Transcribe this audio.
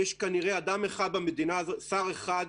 יש כנראה אדם אחד במדינה הזאת, שר אחד,